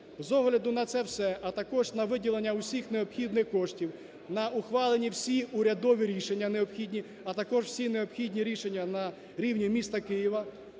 З огляду на це все, а також на виділення всіх необхідних коштів, на ухваленні всі урядові рішення необхідні, а також всі необхідні рішення на рівні міста Києва,